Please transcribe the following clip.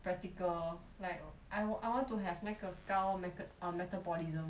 practical like I wa~ I want to have 那个高那个 err metabolism